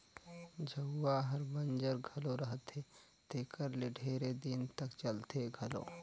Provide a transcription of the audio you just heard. झउहा हर बंजर घलो रहथे तेकर ले ढेरे दिन तक चलथे घलो